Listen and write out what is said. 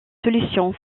solution